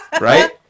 right